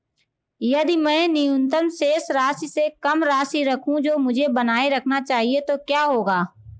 यदि मैं न्यूनतम शेष राशि से कम राशि रखूं जो मुझे बनाए रखना चाहिए तो क्या होगा?